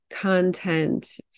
content